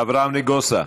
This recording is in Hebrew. אברהם נגוסה,